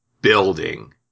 building